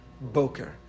Boker